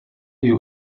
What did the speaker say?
you